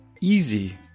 easy